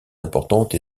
importante